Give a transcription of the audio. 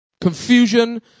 Confusion